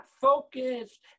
focused